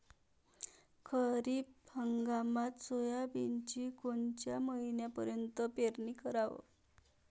खरीप हंगामात सोयाबीनची कोनच्या महिन्यापर्यंत पेरनी कराव?